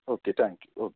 okay thank you okay